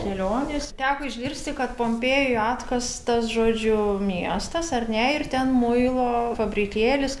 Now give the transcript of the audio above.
kelionės teko išgirsti kad pompėjoj atkastas žodžiu miestas ar ne ir ten muilo fabrikėlis